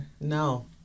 No